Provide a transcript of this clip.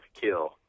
kill